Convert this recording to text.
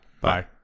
Bye